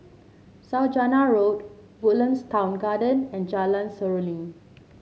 Saujana Road Woodlands Town Garden and Jalan Seruling